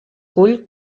cull